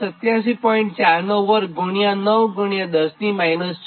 42910 6 5